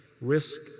risk